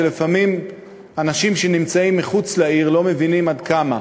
שלפעמים אנשים שנמצאים מחוץ לעיר לא מבינים עד כמה.